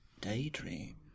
Daydream